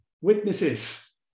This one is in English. witnesses